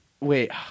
Wait